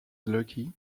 lucky